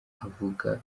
avuga